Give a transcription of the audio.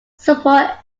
support